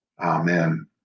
Amen